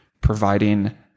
providing